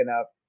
up